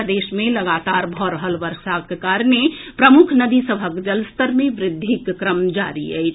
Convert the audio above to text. प्रदेश मे लगातार भऽ रहल वर्षाक कारणे प्रमुख नदी सभक जलस्तर मे व्रद्धिक क्रम जारी अछि